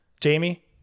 Jamie